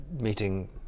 meeting